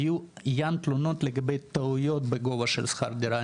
היו ים תלונות לגבי טעויות בגובה שכר דירה,